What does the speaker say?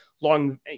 long